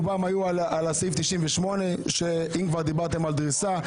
רובן היו על סעיף 98. אם כבר דיברתם על דריסה,